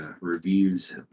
reviews